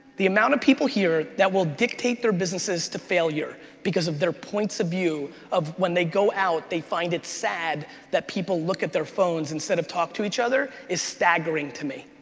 the amount of people here that will dictate their businesses to failure because of their points of view of when they go out, they find it sad that people look at their phones instead of talk to each other is staggering to me.